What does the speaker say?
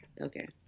Okay